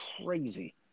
crazy